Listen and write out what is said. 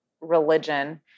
religion